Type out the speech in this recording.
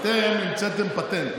אתם המצאתם פטנט.